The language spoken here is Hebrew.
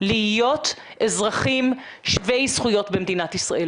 להיות אזרחים שווי זכויות במדינת ישראל.